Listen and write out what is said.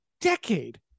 decade